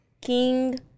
king